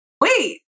wait